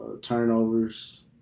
turnovers